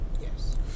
Yes